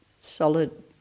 solid